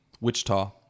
Wichita